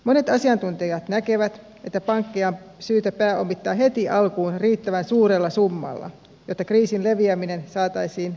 monet asiantuntijat näkevät että pankkeja on syytä pääomittaa heti alkuun riittävän suurella summalla jotta kriisin leviäminen saataisiin pysäytettyä mahdollisimman tehokkaasti